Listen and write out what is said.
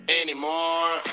anymore